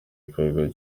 igikorwa